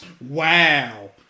Wow